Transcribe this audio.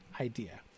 idea